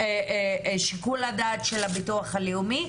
שיקול הדעת של הביטוח הלאומי,